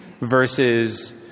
versus